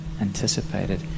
anticipated